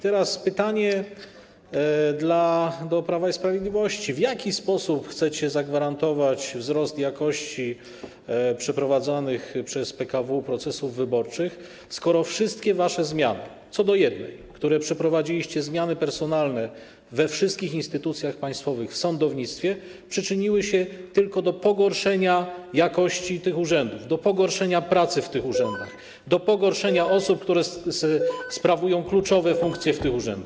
Teraz pytanie do Prawa i Sprawiedliwości: W jaki sposób chcecie zagwarantować wzrost jakości przeprowadzanych przez PKW procesów wyborczych, skoro wszystkie wasze zmiany - co do jednej - które przeprowadziliście, zmiany personalne we wszystkich instytucjach państwowych, w sądownictwie, przyczyniły się tylko do pogorszenia jakości tych urzędów, do pogorszenia, jeśli chodzi o pracę w tych urzędach, o osoby, które sprawują kluczowe funkcje w tych urzędach?